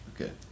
okay